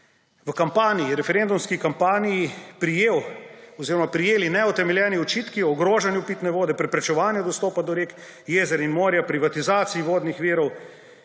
pa so se v referendumski kampanji prijeli neutemeljeni očitki o ogrožanju pitne vode, preprečevanju dostopa do rek, jezer in morja, privatizaciji vodnih virov